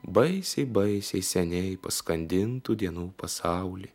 baisiai baisiai seniai paskandintų dienų pasauly